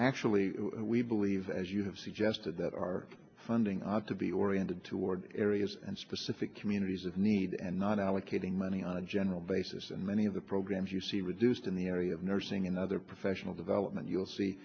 actually we believe as you have suggested that our funding ought to be oriented toward areas and specific communities of need and not allocating money on a general basis and many of the programs you see reduced in the area of nursing and other professional development you'll see